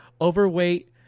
overweight